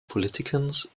politicians